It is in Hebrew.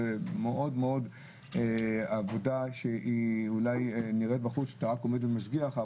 אולי העבודה נראית מבחוץ אתה רק עומד ומשגיח.